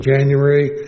January